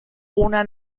una